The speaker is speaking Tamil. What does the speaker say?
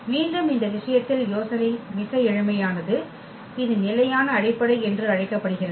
மீண்டும் இந்த விஷயத்தில் யோசனை மிக எளிமையானது இது நிலையான அடிப்படை என்று அழைக்கப்படுகிறது